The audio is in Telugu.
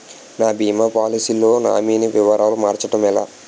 నా భీమా పోలసీ లో నామినీ వివరాలు మార్చటం ఎలా?